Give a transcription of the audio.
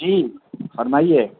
جی فرمائیے